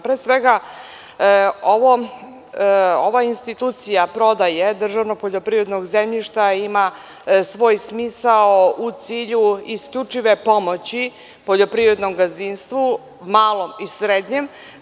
Pre svega, ova institucija prodaje državno-poljoprivrednog zemljišta ima svoj smisao u cilju isključive pomoći poljoprivrednom gazdinstvu malom i srednjem.